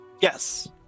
Yes